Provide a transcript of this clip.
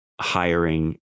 hiring